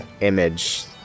image